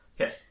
Okay